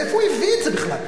מאיפה הוא הביא את זה בכלל?